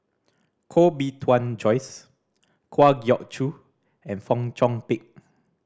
Koh Bee Tuan Joyce Kwa Geok Choo and Fong Chong Pik